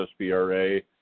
SBRa